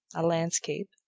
a landscape,